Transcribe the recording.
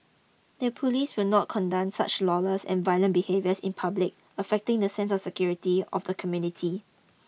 the police will not condone such lawless and violent behaviours in public affecting the sense of security of the community